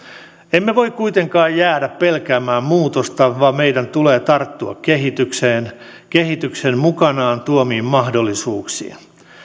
emme voi kuitenkaan jäädä pelkäämään muutosta vaan meidän tulee tarttua kehitykseen kehityksen mukanaan tuomiin mahdollisuuksiin